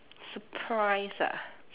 surprise ah